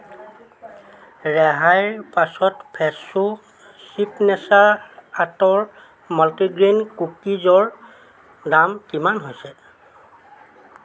ৰেহাইৰ পাছত Fresho signature আটাৰ মাল্টিগ্ৰেইন কুকিজৰ দাম কিমান হৈছে